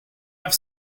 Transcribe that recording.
have